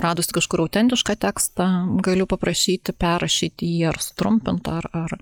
radus kažkur autentišką tekstą galiu paprašyti perrašyti jį ar sutrumpintą ar ar